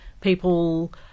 people